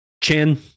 chin-